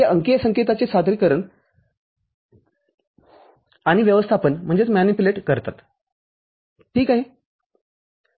ते अंकीय संकेताचे सादरीकरण आणि व्यवस्थापन करतात ठीक आहे